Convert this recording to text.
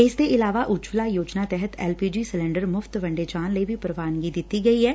ਇਸਦੇ ਇਲਾਵਾ ਉਜਵਲਾ ਯੋਜਨਾ ਤਹਿਤ ਐਲ ਪੀ ਜੀ ਸਿਲੰਡਰ ਮੁਫ਼ਤ ਵੰਡੇ ਜਾਣ ਲਈ ਵੀ ਪ੍ਰਵਾਨਗੀ ਦਿੱਤੀ ਗਈ ਐ